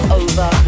over